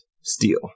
steel